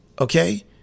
Okay